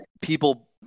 people